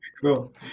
Cool